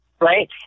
Right